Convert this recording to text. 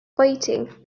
waiting